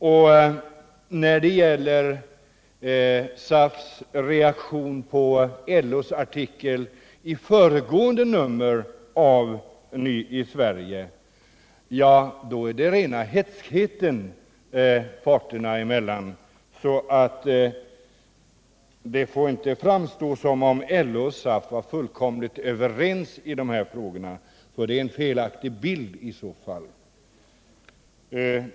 Och SAF:s reaktion på LO:s artikel i föregående nummer av Ny i Sverige präglas av rena hätskheten parterna emellan. Det får alltså inte framstå som om LO och SAF var fullständigt överens i de här frågorna — det är att framställa en felaktig bild.